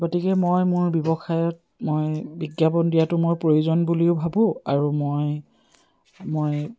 গতিকে মই মোৰ ব্যৱসায়ত মই বিজ্ঞাপন দিয়াটো মোৰ প্ৰয়োজন বুলিও ভাবোঁ আৰু মই মই